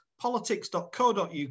politics.co.uk